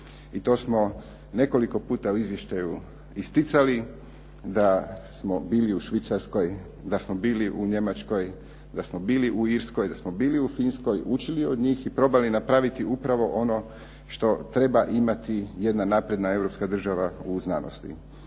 I to smo nekoliko puta u izvještaju isticali da smo bili u Švicarskoj, da smo bili u Njemačkoj, da smo bili u Irskoj, da smo bili u Finskoj učili od njih i probali napraviti upravo ono što treba imati jedna napredna europska država u znanosti.